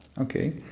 Okay